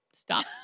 Stop